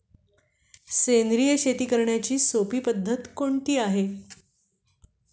सेंद्रिय शेती करण्याची सोपी पद्धत कोणती आहे का?